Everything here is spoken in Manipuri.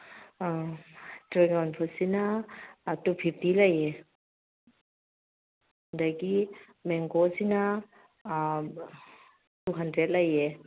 ꯗ꯭ꯔꯦꯒꯣꯟ ꯐ꯭ꯔꯨꯠꯁꯤꯅ ꯇꯨ ꯐꯤꯞꯇꯤ ꯂꯩꯌꯦ ꯑꯗꯒꯤ ꯃꯦꯡꯒꯣꯁꯤꯅ ꯇꯨ ꯍꯟꯗ꯭ꯔꯦꯠ ꯂꯩꯌꯦ